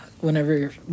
whenever